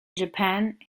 japan